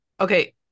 Okay